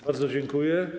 Bardzo dziękuję.